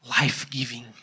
life-giving